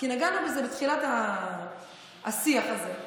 נגענו בזה בתחילת השיח הזה,